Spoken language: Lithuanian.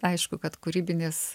aišku kad kūrybinis